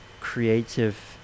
creative